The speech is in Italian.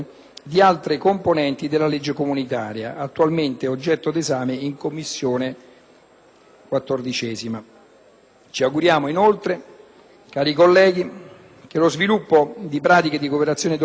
Ci auguriamo, inoltre, cari colleghi, che lo sviluppo di pratiche di cooperazione doganali, quali lo scambio di funzionari di collegamento di cui all'articolo 6, le opere di infiltrazione